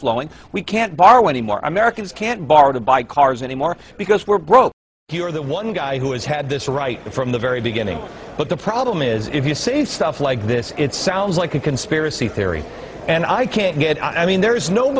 flowing we can't borrow any more americans can't borrow to buy cars anymore because we're broke or that one guy who has had this right from the very beginning but the problem is if you say stuff like this it sounds like a conspiracy theory and i can't get it i mean there is no